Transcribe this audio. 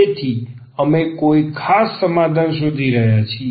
તેથી અમે કોઈ ખાસ સમાધાન શોધી રહ્યા છીએ